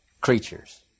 creatures